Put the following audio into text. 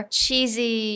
cheesy